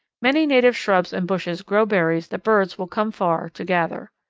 many native shrubs and bushes grow berries that birds will come far to gather.